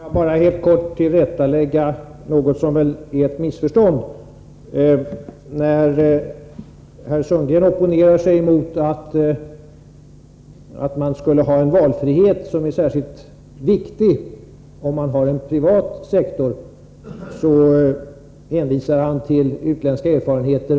Fru talman! Får jag bara helt kort tillrättalägga något som väl är ett missförstånd. När herr Sundgren opponerar sig mot att man skulle ha valfrihet — som är särskilt viktig om man har en privat sektor — hänvisar han till utländska erfarenheter.